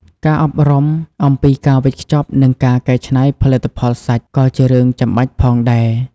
ការអប់រំអំពីការវេចខ្ចប់និងការកែច្នៃផលិតផលសាច់ក៏ជារឿងចាំបាច់ផងដែរ។